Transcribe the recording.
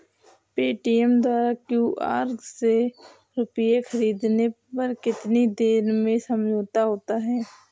Paytm द्वारा QR से रूपए ख़रीदने पर कितनी देर में समझौता होता है?